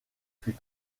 fut